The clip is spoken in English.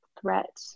threat